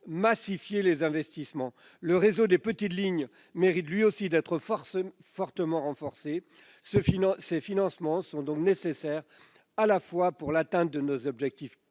massifier les investissements. Le réseau des petites lignes mérite, lui aussi, d'être renforcé. Ces financements sont nécessaires non seulement pour atteindre nos objectifs